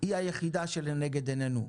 היא היחידה שלנגד עינינו.